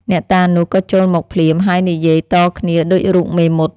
អ្នកតានោះក៏ចូលមកភ្លាម ហើយនិយាយតគ្នាដូចរូបមេមត់ ។